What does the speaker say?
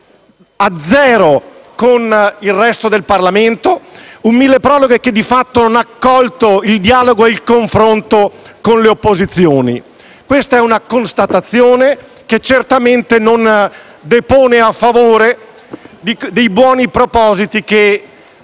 nullo con il resto del Parlamento: un milleproroghe che di fatto non ha colto il dialogo e il confronto con le opposizioni. Questa è una constatazione che certamente non depone a favore dei buoni propositi che